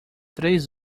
três